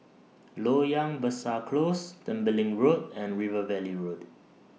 Loyang Besar Close Tembeling Road and River Valley Road